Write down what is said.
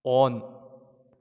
on